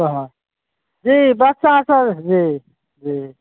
जी बच्चासभ